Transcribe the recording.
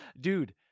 Dude